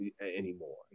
anymore